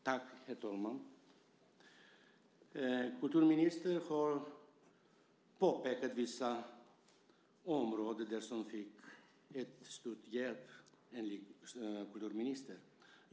Herr talman! Kulturministern har pekat på vissa områden som har fått stor hjälp, enligt kulturministern.